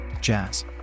Jazz